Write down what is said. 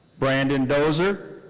brandon doser.